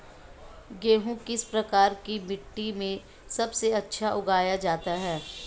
गेहूँ किस प्रकार की मिट्टी में सबसे अच्छा उगाया जाता है?